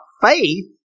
faith